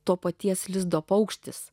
to paties lizdo paukštis